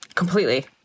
Completely